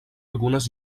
algunes